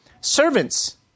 Servants